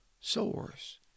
source